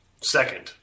second